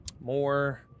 more